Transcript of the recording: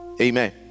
Amen